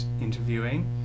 interviewing